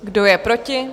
Kdo je proti?